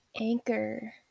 anchor